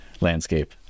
landscape